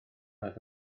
oedd